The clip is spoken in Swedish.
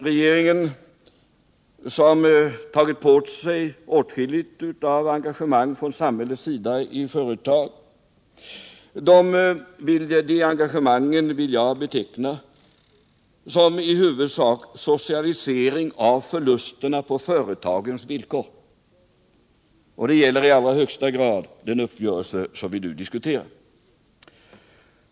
Regeringen har tagit på sig ett stort samhälleligt engagemang i företagen. Det är ett engagemang som jag i huvudsak betecknar som socialisering av förlusterna på företagens villkor. Det gäller i allra högsta grad den uppgörelse som vi nu diskuterar.